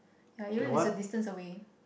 ya even if it's a distance away